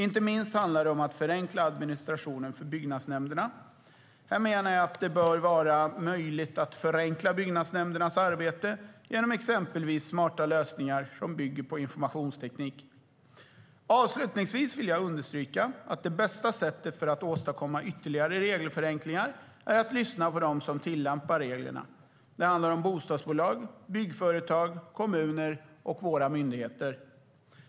Inte minst handlar det om att förenkla administrationen för byggnadsnämnderna. Här menar jag att det bör vara möjligt att förenkla byggnadsnämndernas arbete genom exempelvis smarta lösningar som bygger på informationsteknik. Avslutningsvis vill jag understryka att det bästa sättet för att åstadkomma ytterligare regelförenklingar är att lyssna på dem som tillämpar reglerna. Det handlar om bostadsbolag, byggföretag, kommuner och våra myndigheter.